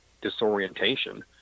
disorientation